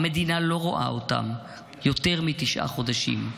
המדינה לא רואה אותם יותר מתשעה חודשים.